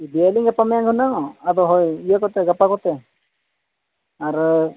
ᱤᱫᱤᱭᱟᱞᱤᱧ ᱜᱟᱯᱟ ᱢᱮᱭᱟᱝ ᱜᱮ ᱦᱩᱱᱟᱹᱝ ᱟᱫᱚ ᱦᱳᱭ ᱤᱭᱟᱹ ᱠᱚᱛᱮ ᱜᱟᱯᱟ ᱠᱚᱛᱮ ᱟᱨ